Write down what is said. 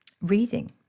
Reading